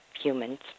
humans